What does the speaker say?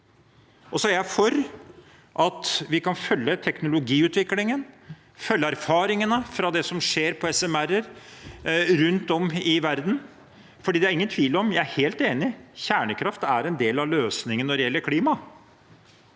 er jeg for at vi kan følge teknologiutviklingen, følge erfaringene fra det som skjer på SMR-er rundt om i verden, for det er ingen tvil om – jeg er helt enig – at kjernekraft er en del av løsningen når det gjelder klima.